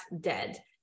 dead